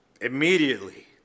Immediately